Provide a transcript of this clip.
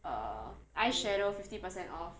err eyeshadow fifty percent off